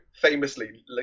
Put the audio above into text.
famously